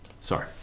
sorry